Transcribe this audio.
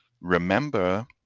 remember